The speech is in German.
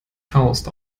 faust